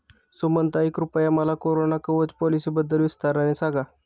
सुमनताई, कृपया मला कोरोना कवच पॉलिसीबद्दल विस्ताराने सांगा